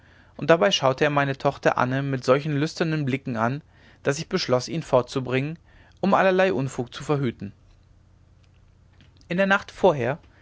und dabei schaute er meine tochter anne mit solchen lüsternen blicken an daß ich beschloß ihn fortzubringen um allerlei unfug zu verhüten in der nacht vorher